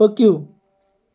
پٔکِو